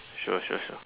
sure sure sure